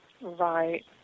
Right